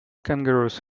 kangaroos